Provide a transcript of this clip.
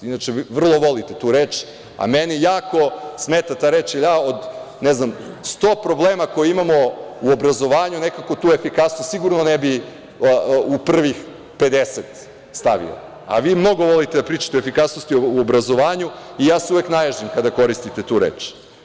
Inače, vrlo volite tu reč, a meni jako smeta ta reč, jer ja od 100 problema koje imamo u obrazovanju, nekako tu efikasnost sigurno ne bih u prvih 50 stavio, a vi mnogo volite da pričate o efikasnosti u obrazovanju i ja se uvek naježim kada koristite tu reč.